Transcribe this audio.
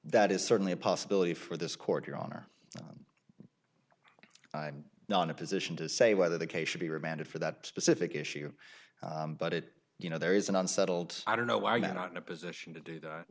that is certainly a possibility for this court your honor i'm not in a position to say whether the case should be remanded for that specific issue but it you know there is an unsettled i don't know why you're not in a position to do